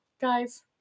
guys